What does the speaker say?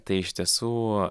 tai iš tiesų